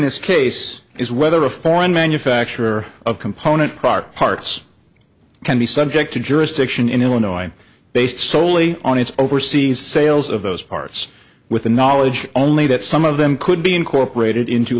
this case is whether a foreign manufacturer of component parts parts can be subject to jurisdiction in illinois based solely on its overseas sales of those parts with the knowledge only that some of them could be incorporated into